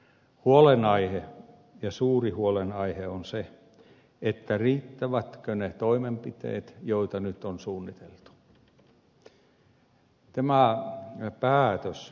huolenaihe ja suuri huolenaihe on se riittävätkö ne toimenpiteet joita nyt on suunniteltu